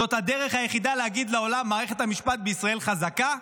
זאת הדרך היחידה להגיד לעולם: מערכת המשפט בישראל חזקה.